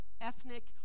ethnic